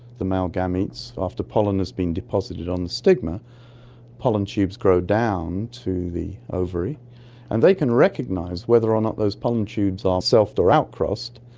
the male gametes, after pollen has been deposited on the stigma pollen tubes grow down to the ovary and they can recognise whether or not those pollen tubes are selfed or out-crossed,